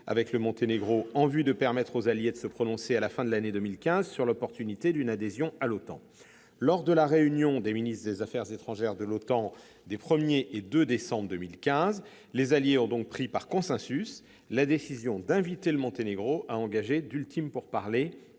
avec le Monténégro en vue de permettre aux alliés de se prononcer, à la fin de l'année 2015, sur l'opportunité d'une adhésion à l'OTAN. Lors de la réunion des ministres des affaires étrangères de l'OTAN des 1 et 2 décembre 2015, les alliés ont donc pris par consensus la décision d'inviter le Monténégro à engager d'ultimes pourparlers